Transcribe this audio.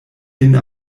lin